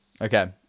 okay